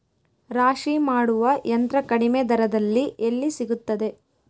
ರಾಶಿ ಮಾಡುವ ಯಂತ್ರ ಕಡಿಮೆ ದರದಲ್ಲಿ ಎಲ್ಲಿ ಸಿಗುತ್ತದೆ?